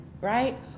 right